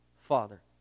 Father